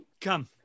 Come